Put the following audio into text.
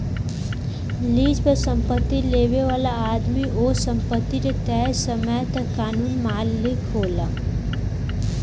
lease पर संपत्ति लेबे वाला आदमी ओह संपत्ति के तय समय तक कानूनी मालिक होला